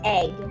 egg